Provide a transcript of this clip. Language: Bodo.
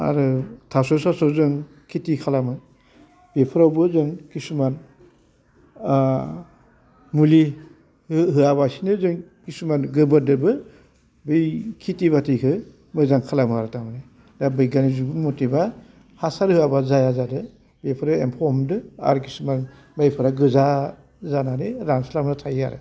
आरो थास' सास' जों खेथि खालामो बेफोरावबो जों खिसुमान मुलि होयाबासिनो जों खिसुमान गोबोरजोंबो बै खेथि बाथिखौ मोजां खालामो आरो थारमाने दा बिग्यानिक जुगनि मथेबा हासार होआबा जाया जागोन बेफोरो एम्फौ हमदो आरो खिसुमान माइफोरा गोजा जानानै रानस्लाबना थायो आरो